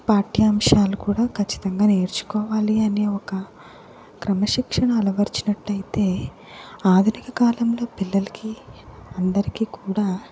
పాఠ్యాంశాలు కూడా ఖచ్చితంగా నేర్చుకోవాలి అనే ఒక క్రమశిక్షణ అలవర్చినట్లైతే ఆధునిక కాలంలో పిల్లలకి అందరికీ కూడా